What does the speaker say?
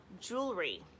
Jewelry